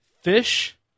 Fish